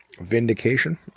vindication